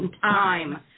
time